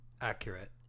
Accurate